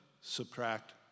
Subtract